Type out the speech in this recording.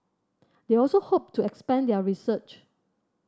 they also hope to expand their research